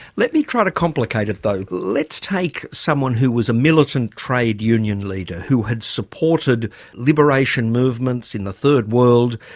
let my try to complicate it though. let's take someone who was a militant trade union leader who had supported liberation movements in the third world,